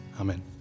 Amen